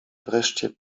wreszcie